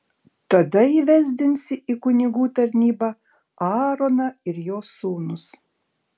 tada įvesdinsi į kunigų tarnybą aaroną ir jo sūnus